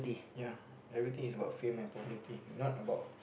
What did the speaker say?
ya everything is about fame and popularity not about